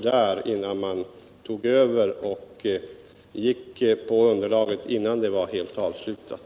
I stället tog man över underlaget innan det var helt färdigt.